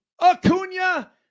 Acuna